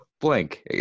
blank